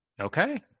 Okay